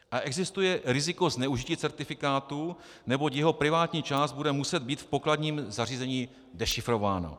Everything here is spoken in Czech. A existuje riziko zneužití certifikátu, neboť jeho privátní část bude muset být v pokladním zařízení dešifrována.